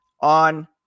on